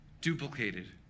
duplicated